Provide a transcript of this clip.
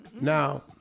Now